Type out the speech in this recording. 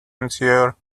monsieur